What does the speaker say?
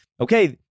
okay